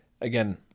again